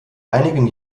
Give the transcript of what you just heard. einigen